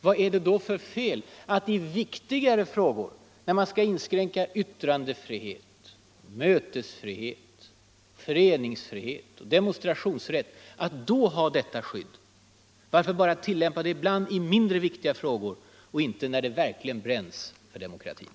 Vad är det då för fel att i viktigare frågor, som när man skall inskränka yttrandefrihet, mötesfrihet, föreningsfrihet och demonstrationsrätt, ha detta skydd? Varför bara tillämpa det ibland i mindre viktiga frågor och inte när det verkligen bränns för demokratin?